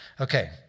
Okay